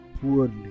poorly